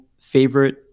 favorite